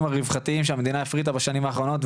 הרווחתיים שהמדינה הפריטה בשנים האחרונות,